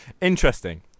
Interesting